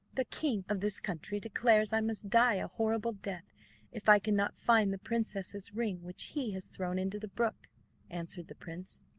the king of this country declares i must die a horrible death if i cannot find the princess's ring which he has thrown into the brook answered the prince.